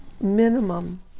minimum